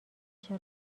بچه